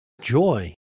joy